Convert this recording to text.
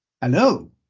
Hello